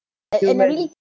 human